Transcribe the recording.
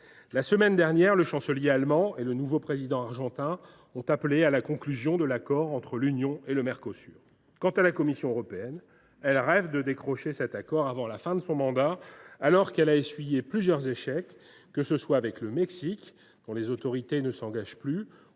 la semaine dernière, le chancelier allemand et le nouveau président argentin ont appelé à la conclusion de l’accord entre l’Union européenne et le Mercosur. Quant à la Commission européenne, elle rêve de décrocher cet accord avant la fin de son mandat, alors qu’elle a essuyé plusieurs échecs, que ce soit avec le Mexique, dont les autorités ne s’engagent plus,